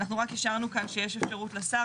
אנחנו רק השארנו כאן שיש אפשרות לשר,